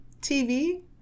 TV